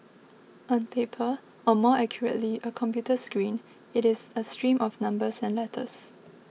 on paper or more accurately a computer screen it is a stream of numbers and letters